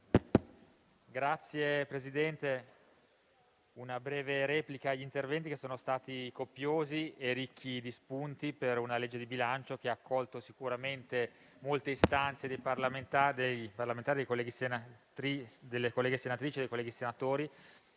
Signor Presidente, farò una breve replica agli interventi che sono stati copiosi e ricchi di spunti per un disegno di legge di bilancio che ha accolto sicuramente molte istanze delle colleghe senatrici e dei colleghi senatori.